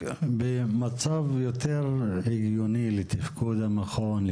אנחנו בהמשך לדיון הקודם בנינו תוכנית ארוכת-טווח של מה המכון יכול